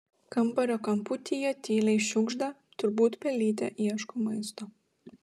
kambario kamputyje tyliai šiugžda turbūt pelytė ieško maisto